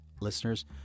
listeners